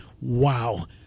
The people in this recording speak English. Wow